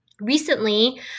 Recently